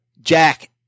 Jack